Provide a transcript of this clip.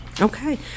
Okay